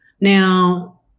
Now